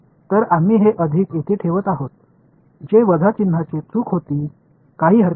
तर आम्ही हे अधिक येथे ठेवत आहोत हे वजा चिन्हाची चूक होती काही हरकत नाही